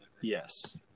Yes